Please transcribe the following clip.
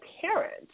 parents